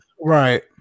Right